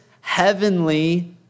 heavenly